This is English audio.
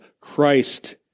Christ